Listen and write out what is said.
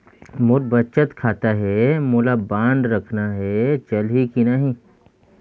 मोर बचत खाता है मोला बांड रखना है चलही की नहीं?